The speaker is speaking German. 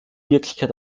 wirklichkeit